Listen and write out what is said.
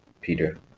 peter